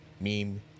meme